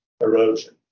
erosion